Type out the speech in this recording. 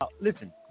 listen